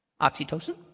Oxytocin